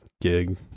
gig